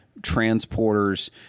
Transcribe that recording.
transporters